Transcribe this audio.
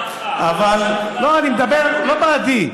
בעדך, לא, אני מדבר, לא בעדי.